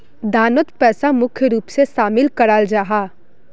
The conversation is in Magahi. दानोत पैसा मुख्य रूप से शामिल कराल जाहा